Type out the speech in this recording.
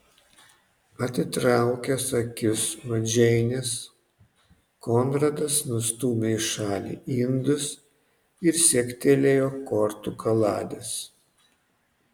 atitraukęs akis nuo džeinės konradas nustūmė į šalį indus ir siektelėjo kortų kaladės